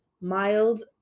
Mild